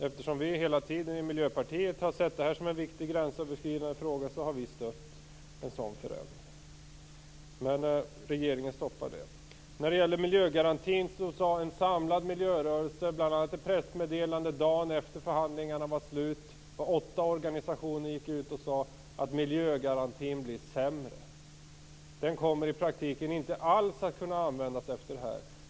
Eftersom vi i Miljöpartiet hela tiden har sett detta som en viktig gränsöverskridande fråga har vi stött en sådan förändring. Men regeringen stoppade det. När det gäller miljögarantin sade en samlad miljörörelse - åtta organisationer - bl.a. i ett pressmeddelande dagen efter det att förhandlingarna var slut att miljögarantin blir sämre. Den kommer i praktiken inte alls att kunna användas efter detta.